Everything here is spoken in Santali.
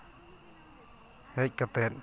ᱦᱮᱡ ᱠᱟᱛᱮ